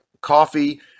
coffee